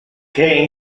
que